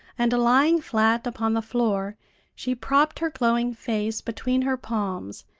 and lying flat upon the floor she propped her glowing face between her palms,